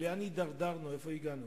לאן הידרדרנו ולאיפה הגענו.